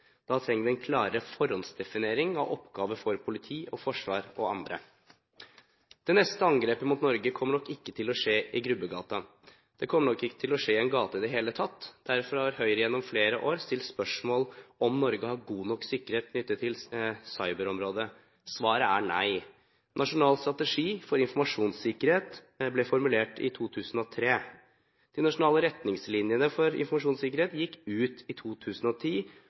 Da trenger vi en klarere forhåndsdefinering av oppgaver for politi, forsvar og andre. Det neste angrepet mot Norge kommer nok ikke til å skje i Grubbegata. Det kommer nok ikke til å skje i en gate i det hele tatt. Derfor har Høyre gjennom flere år stilt spørsmål om Norge har god nok sikkerhet knyttet til cyberområdet. Svaret er nei. Nasjonal strategi for informasjonssikkerhet ble formulert i 2003. De nasjonale retningslinjene for informasjonssikkerhet gikk ut i 2010,